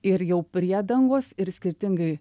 ir jau priedangos ir skirtingai